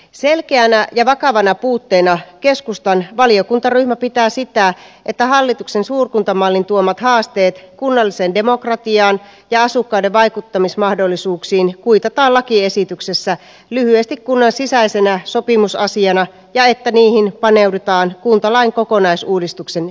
selkeänä ja vakavana puutteena keskustan valiokuntaryhmä pitää sitä että hallituksen suurkuntamallin tuomat haasteet kunnalliseen demokratiaan ja asukkaiden vaikuttamismahdollisuuksiin kuitataan lakiesityksessä lyhyesti kunnan sisäisenä sopimusasiana ja että niihin paneudutaan kuntalain kokonaisuudistuksen yhteydessä